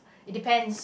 it depends